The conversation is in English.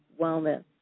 wellness